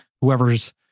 whoever's